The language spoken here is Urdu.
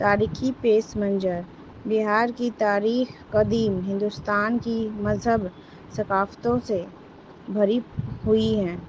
تاریخھی پیش منجر بہار کی تاریخ قدیم ہندوستان کی مذہب ثقافتوں سے بھری ہوئی ہیں